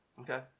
Okay